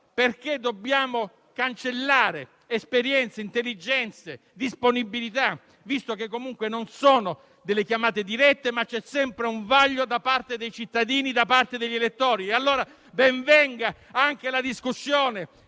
perché dobbiamo cancellare esperienze, intelligenze e disponibilità, visto che, comunque, non sono delle chiamate dirette, ma c'è sempre un vaglio da parte dei cittadini e degli elettori? Ben venga, allora, anche la discussione,